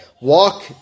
walk